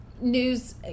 news